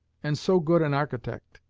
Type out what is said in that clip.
and so good an architect,